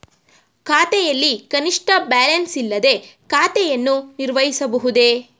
ಖಾತೆಯಲ್ಲಿ ಕನಿಷ್ಠ ಬ್ಯಾಲೆನ್ಸ್ ಇಲ್ಲದೆ ಖಾತೆಯನ್ನು ನಿರ್ವಹಿಸಬಹುದೇ?